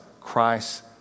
Christ